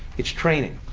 it's training.